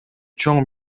чоң